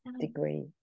degree